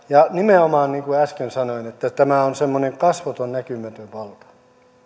ja nimenomaan niin kuin äsken sanoin tämä on semmoinen kasvoton näkymätön valta